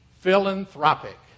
philanthropic